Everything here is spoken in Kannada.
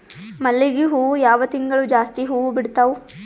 ಮಲ್ಲಿಗಿ ಹೂವು ಯಾವ ತಿಂಗಳು ಜಾಸ್ತಿ ಹೂವು ಬಿಡ್ತಾವು?